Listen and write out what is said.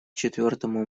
четвертому